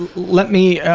let me